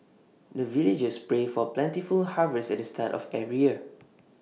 the villagers pray for plentiful harvest at the start of every year